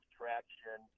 traction